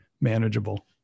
manageable